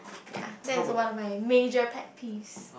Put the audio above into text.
ya that is one of my major pet peeves